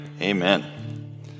Amen